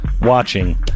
watching